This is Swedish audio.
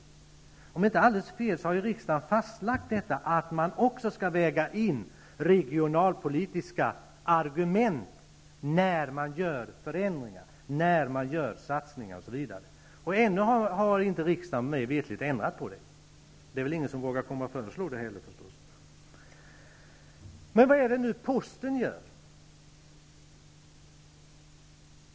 Om jag inte tar alldeles fel har riksdagen fastlagt att man också skall väga in regionalpolitiska argument t.ex. i samband med att förändringar och satsningar görs. Mig veterligt har riksdagen inte ändrat på det förhållandet -- ingen vågar väl komma med förslag. Vad är det som posten nu gör?